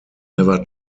never